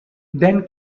then